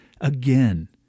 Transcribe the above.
again